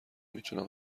میتونم